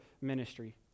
ministry